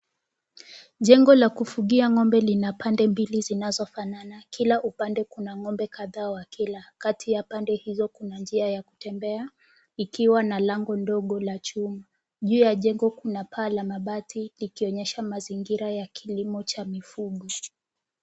Jengo la kufugia ng'ombe lina pande mbili zinazofanana. Kila upande kuna ng'ombe kadhaa wakila. Kati ya pande hizo kuna njia ya kutembea, ikiwa na lango ndogo la chuma. Juu ya jengo kuna paa la mabati likionyesha mazingira ya kilimo cha mifugo.